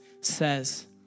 says